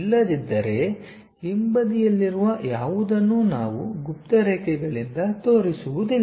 ಇಲ್ಲದಿದ್ದರೆ ಹಿಂಬದಿಯಲ್ಲಿರುವ ಯಾವುದನ್ನೂ ನಾವು ಗುಪ್ತರೇಖೆಗಳಿಂದ ತೋರಿಸುವುದಿಲ್ಲ